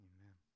Amen